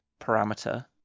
parameter